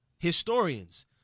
Historians